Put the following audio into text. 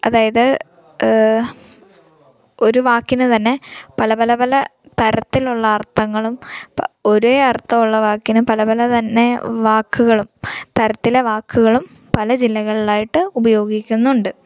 അതായത് ഒരു വാക്കിന് തന്നെ പല പല പല തരത്തിലുള്ള അർത്ഥങ്ങളും ഒരേ അർത്ഥമുള്ള വാക്കിന് പല പല തന്നെ വാക്കുകളും തരത്തിലെ വാക്കുകളും പല ജില്ലകളിലായിട്ട് ഉപയോഗിക്കുന്നുണ്ട്